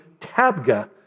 Tabga